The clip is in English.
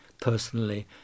personally